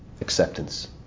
Acceptance